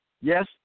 Yes